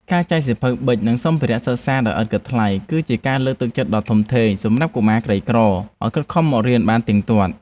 ការចែកសៀវភៅប៊ិចនិងសម្ភារសិក្សាដោយឥតគិតថ្លៃ គឺជាការលើកទឹកចិត្តដ៏ធំធេងសម្រាប់កុមារក្រីក្រឱ្យខិតខំមករៀនបានទៀងទាត់។